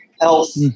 health